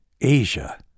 Asia